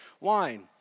wine